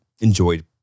enjoyed